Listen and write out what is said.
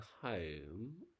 home